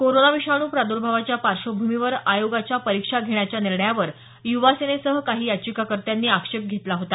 corona विषाणू प्रादर्भावाच्या पार्श्वभूमीवर आयोगाच्या परीक्षा घेण्याच्या निर्णयावर युवा सेनेसह काही याचिकाकर्त्यांनी आक्षेप घेतला होता